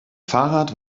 fahrrad